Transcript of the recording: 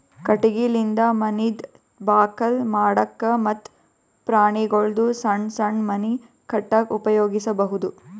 ಕಟಗಿಲಿಂದ ಮನಿದ್ ಬಾಕಲ್ ಮಾಡಕ್ಕ ಮತ್ತ್ ಪ್ರಾಣಿಗೊಳ್ದು ಸಣ್ಣ್ ಸಣ್ಣ್ ಮನಿ ಕಟ್ಟಕ್ಕ್ ಉಪಯೋಗಿಸಬಹುದು